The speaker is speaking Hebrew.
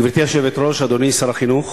גברתי היושבת-ראש, אדוני שר החינוך